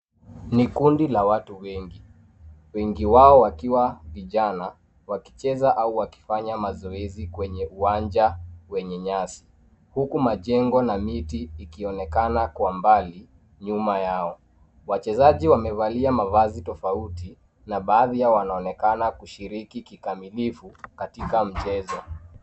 Ni kundi la watu wengi, wengi wao wakiwa vijana wakicheza au wakifanya mazoezi kwenye uwanja wenye nyasi huku majengo na miti ikionekana kwa mbali nyuma yao. Wachezaji wamevalia mavazi tofauti na baadhi yao wanaonekana kushiriki kikamilifu katika mchezo.